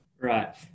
Right